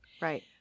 right